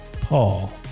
Paul